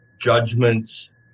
Judgments